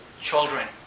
Children